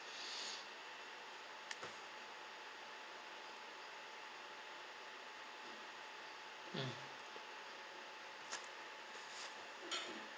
mm